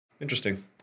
interesting